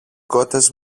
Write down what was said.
κότες